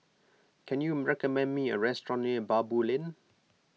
can you recommend me a restaurant near Baboo Lane